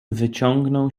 wyciągnął